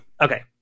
okay